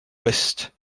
ouest